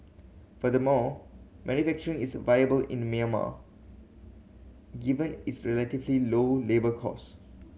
furthermore manufacturing is viable in Myanmar given its relatively low labour cost